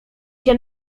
się